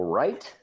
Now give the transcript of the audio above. right